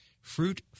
fruit